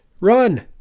run